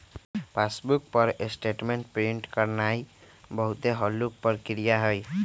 passbook पर statement print करानाइ बहुते हल्लुक प्रक्रिया हइ